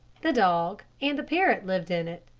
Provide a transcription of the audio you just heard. the dog, and the parrot lived in it,